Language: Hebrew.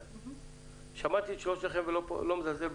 שמעתי את שלושתכם, ואני לא מזלזל,